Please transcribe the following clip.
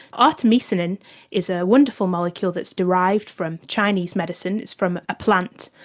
artemisinin is a wonderful molecule that is derived from chinese medicine, it's from a plant,